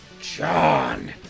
John